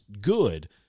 good